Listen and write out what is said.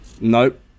Nope